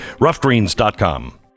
Roughgreens.com